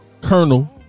colonel